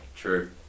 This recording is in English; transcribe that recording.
True